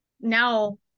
now